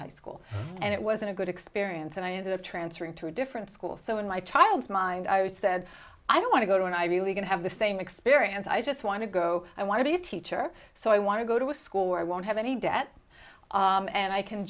high school and it wasn't a good perience and i had to transfer into a different school so in my child's mind i was said i want to go to an ivy league and have the same experience i just want to go i want to be a teacher so i want to go to a school where i won't have any debt and i can